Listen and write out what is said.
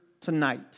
tonight